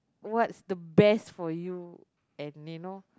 what's the best for you and you know